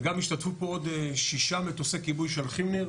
וגם השתתפו פה עוד שישה מטוסי כיבוי של כים-ניר